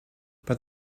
but